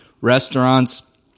restaurants